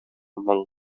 моң